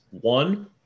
One